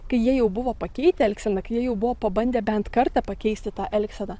kai jie jau buvo pakeitę elgseną kai jau buvo pabandę bent kartą pakeisti tą elgseną